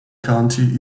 county